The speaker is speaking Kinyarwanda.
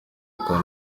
akaba